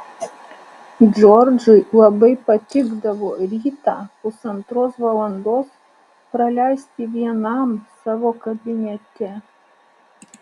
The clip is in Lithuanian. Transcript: džordžui labai patikdavo rytą pusantros valandos praleisti vienam savo kabinete